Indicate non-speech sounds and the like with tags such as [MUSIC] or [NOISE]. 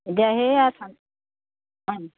এতিয়াহে সেই [UNINTELLIGIBLE]